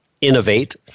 innovate